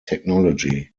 technology